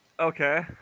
Okay